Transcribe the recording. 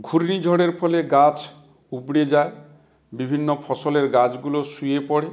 ঘূর্ণিঝড়ের ফলে গাছ উপড়ে যায় বিভিন্ন ফসলের গাছগুলো শুয়ে পড়ে